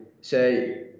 say